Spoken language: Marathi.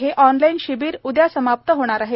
हे ऑनलाइन शिबिर उद्या समाप्त होणार आहे